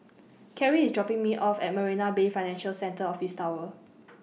Keri IS dropping Me off At Marina Bay Financial Centre Office Tower